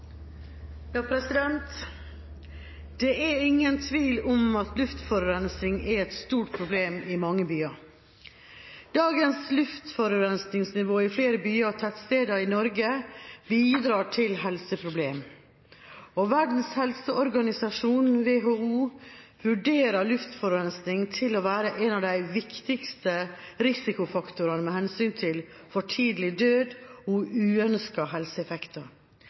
et stort problem i mange byer. Dagens luftforurensningsnivå i flere byer og tettsteder i Norge bidrar til helseproblemer. Verdens helseorganisasjon, WHO, vurderer luftforurensning til å være en av de viktigste risikofaktorene med hensyn til for tidlig død og uønskede helseeffekter.